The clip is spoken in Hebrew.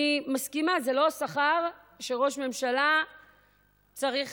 אני מסכימה, זה לא שכר שראש ממשלה צריך